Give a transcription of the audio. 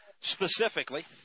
specifically